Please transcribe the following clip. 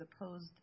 opposed